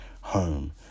Home